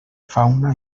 fauna